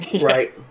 Right